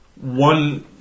one